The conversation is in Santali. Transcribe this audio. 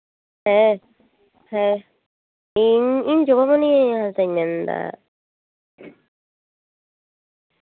ᱦᱮᱸ ᱦᱮᱸ ᱤᱧ ᱡᱚᱜᱚᱢᱚᱱᱤ ᱦᱟᱸᱥᱫᱟᱧ ᱢᱮᱱᱫᱟ